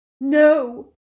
No